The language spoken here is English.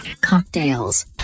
Cocktails